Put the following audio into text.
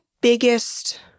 biggest